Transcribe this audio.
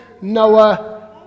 Noah